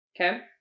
okay